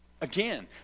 again